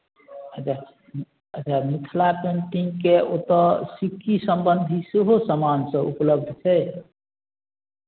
अच्छा अच्छा मिथिला पेंटिंगके ओतय सिक्की सम्बन्धी सेहो समानसभ उपलब्ध छै